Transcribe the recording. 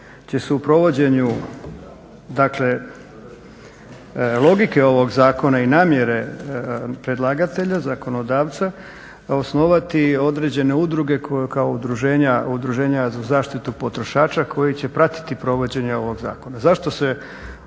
će se u provođenju dakle logike ovog zakona i namjere predlagatelja, zakonodavca osnovati određene udruge koje kao udruženja za zaštitu potrošača koji će pratiti provođenje ovog zakona. Zašto se